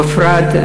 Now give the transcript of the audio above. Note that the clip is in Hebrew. בפרט,